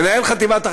מנהל חטיבת החדשות,